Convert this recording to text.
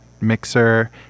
mixer